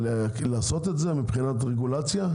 לעשות את זה מבחינת רגולציה.